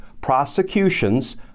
prosecutions